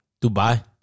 Dubai